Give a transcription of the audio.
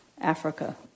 Africa